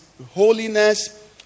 holiness